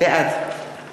בעד